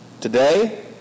today